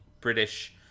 British